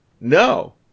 no